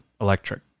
electric